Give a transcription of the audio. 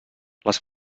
les